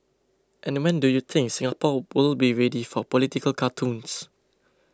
and when do you think Singapore will be ready for political cartoons